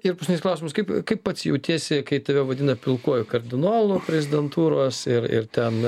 ir paskutinis klausimas kaip kaip pats jautiesi kai tave vadina pilkuoju kardinolu prezidentūros ir ir ten